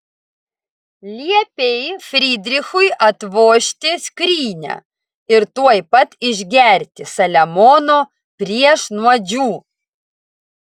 liepei frydrichui atvožti skrynią ir tuoj pat išgerti saliamono priešnuodžių